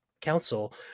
council